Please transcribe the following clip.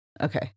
Okay